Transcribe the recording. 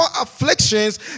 afflictions